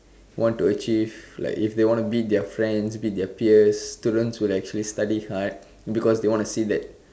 want to achieve like if they want to beat their friends beat their peers students will actually study hard because they want to say that